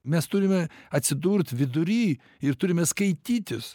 mes turime atsidurt vidury ir turime skaitytis